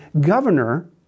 governor